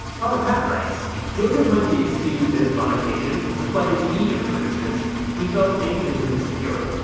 but pat writes joseph might be excused, if, on occasion the flight into egypt, for instance he felt anxious and insecure.